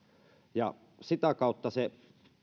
sitä kautta se